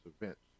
events